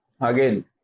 again